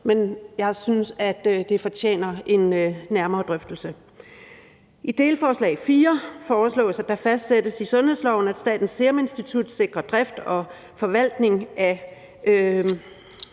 men jeg synes, at det fortjener en nærmere drøftelse. I delforslag fire foreslås, at der fastsættes i sundhedsloven, at Statens Serum Institut sikrer drift og forvaltning af